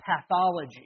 pathology